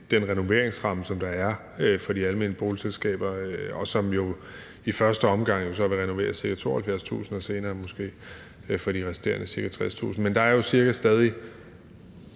den renoveringsramme, der er for de almene boligselskaber, og som jo i første omgang så vil renovere ca. 72.000 og senere måske, for de resterende, ca. 60.000. Men der er jo stadig